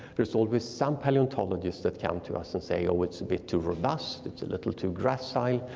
there's always some paleontologists that come to us and say, oh it's a bit too robust, it's a little too gracile,